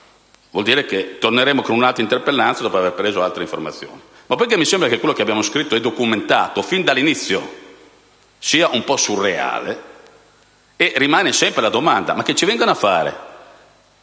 Vuol dire che torneremo con un'altra interpellanza dopo aver preso altre informazioni. Ma poiché mi sembra che quello che abbiamo scritto e documentato, fin dall'inizio, sia un po' surreale, rimane sempre la domanda: cosa ci vengono fare